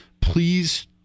Please